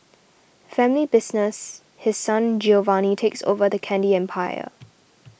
family business His Son Giovanni takes over the candy empire